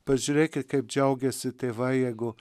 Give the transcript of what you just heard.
pažiūrėkit kaip džiaugiasi tėvai jeigu